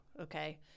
Okay